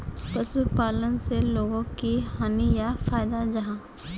पशुपालन से लोगोक की हानि या फायदा जाहा?